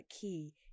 key